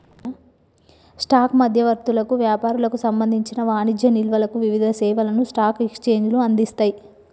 stock మధ్యవర్తులకు, వ్యాపారులకు సంబంధించిన వాణిజ్య నిల్వలకు వివిధ సేవలను స్టాక్ ఎక్స్చేంజ్లు అందిస్తయ్